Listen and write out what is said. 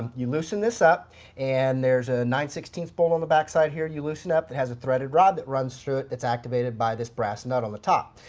you loosen this up and there's a nine sixteen bolt on the backside here you loosen up that has a thread rod that runs through it that's activated by this brass nut on the top.